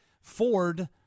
Ford